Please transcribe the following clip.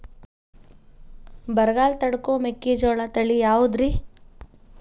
ಬರಗಾಲ ತಡಕೋ ಮೆಕ್ಕಿಜೋಳ ತಳಿಯಾವುದ್ರೇ?